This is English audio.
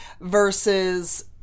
versus